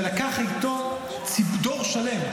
שלקח איתו דור שלם,